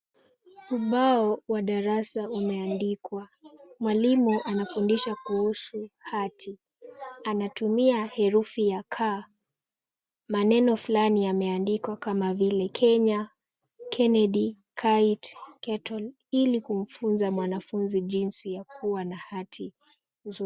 Ubao wa darasa umeandikwa. Mwalimu anafundisha kuhusu hati. Anatumia herufi ya K. Maneno fulani yameandikwa kama vile Kenya, Kennedy, kit, kettle ili kumfunza mwanafunzi jinsi ya kuwa na hati nzuri.